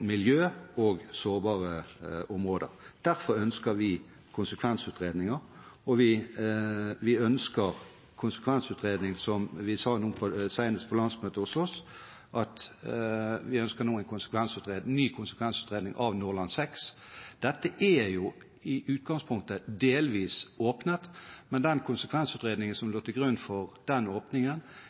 miljø og sårbare områder. Derfor ønsker vi konsekvensutredninger, og vi ønsker en ny konsekvensutredning, som vi senest sa nå på vårt landsmøte, av Nordland VI. Dette er i utgangspunktet delvis åpnet, men den konsekvensutredningen som lå til grunn for den åpningen,